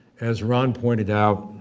as ron pointed out,